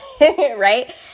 right